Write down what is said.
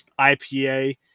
IPA